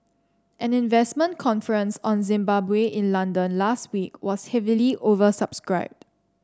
an investment conference on Zimbabwe in London last week was heavily oversubscribed